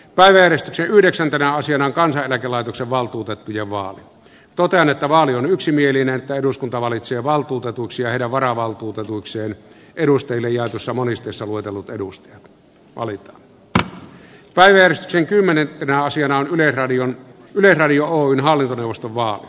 päivän yhdeksän taraus ja kansaneläkelaitoksen valtuutettuja vaan totean että vaali on yksimielinen ja että eduskunta valitsee kansaneläkelaitoksen valtuutetuiksi ja heidän varavaltuutetuikseen edustajille jaetussa monisteessa luetellut edustajia valita päivällisten kymmenen aasian yleisradion radio oyn seuraavat edustajat